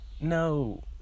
no